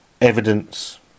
evidence